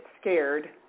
scared